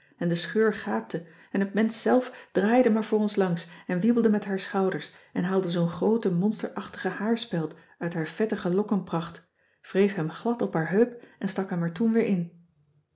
en de scheur gaapte en het mensch zelf draaide maar voor ons langs en wiebelde met haar schouders en haalde zoo'n groote monsterachtige haarspeld uit haar vettige lokkenpracht wreef hem glad op haar heup en stak hem er toen weer in